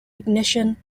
ignition